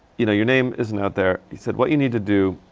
you know your name isn't out there, he said, what you need to do